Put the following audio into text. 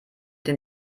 den